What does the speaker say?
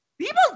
people